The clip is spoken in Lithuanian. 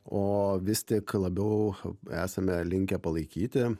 o vis tik labiau esame linkę palaikyti